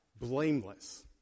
blameless